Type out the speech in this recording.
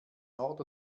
nord